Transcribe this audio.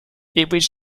reached